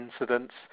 incidents